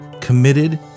committed